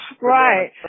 Right